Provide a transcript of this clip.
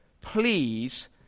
please